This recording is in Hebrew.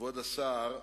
כבוד השר,